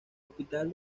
hospital